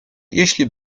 jeśli